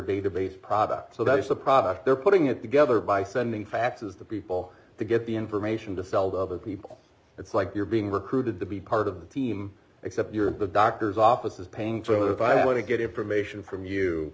debated product so that it's a product they're putting it together by sending faxes the people to get the information to sell the people it's like you're being recruited to be part of the team except you're the doctor's office is paying for that if i want to get information from you